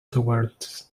towards